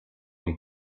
and